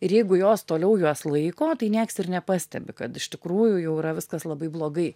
ir jeigu jos toliau juos laiko tai nieks ir nepastebi kad iš tikrųjų jau yra viskas labai blogai